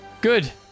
Good